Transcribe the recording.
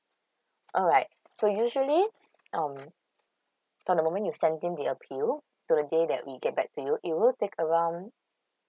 alright so usually um from the moment you send in the appeal to the day that we get back to you it will take around